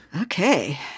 Okay